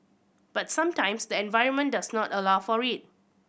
but sometimes the environment does not allow for it